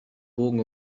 bogen